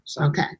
Okay